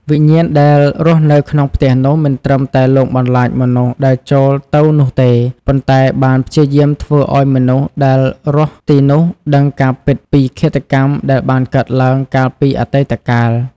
វិញ្ញាណដែលរស់នៅក្នុងផ្ទះនោះមិនត្រឹមតែលងបន្លាចមនុស្សដែលចូលទៅនោះទេ ប៉ុន្តែបានព្យាយាមធ្វើឲ្យមនុស្សដែលរស់ទីនោះដឹងការពិតពី ឃាតកម្មដែលបានកើតឡើងកាលពីអតីតកាល។